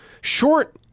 Short